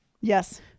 Yes